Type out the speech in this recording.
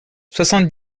soixante